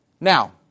Now